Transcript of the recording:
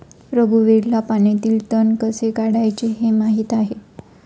रघुवीरला पाण्यातील तण कसे कापायचे हे माहित आहे